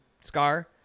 scar